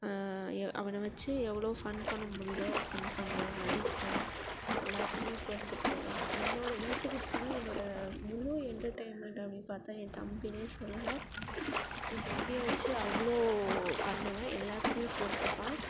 அவனை வச்சு எவ்வளோ ஃபன் பண்ண முடியுதோ ஃபன் பண்ணுவேன் அடிப்பேன் எல்லாத்துக்குமே பொறுத்துட்டு போவான் என்னோடய வீட்டுக்குப் போனால் என்னோட முழு எண்டெர்டைன்மெண்ட் அப்படின்னு பார்த்தா என் தம்பினே சொல்லலாம் என் தம்பியை வச்சு அவ்வளோ பண்ணுவேன் எல்லாத்துக்குமே பொறுத்துப்பான்